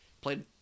Played